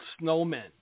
snowmen